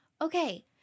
okay